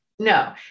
No